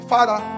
Father